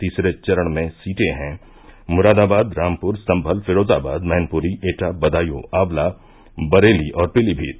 तीसरे चरण में सीटें हैं मुरादाबाद रामपुर सम्भल फिरोजाबाद मैनपुरी एटा बदायूँ आंवला बरेली और पीलीनीत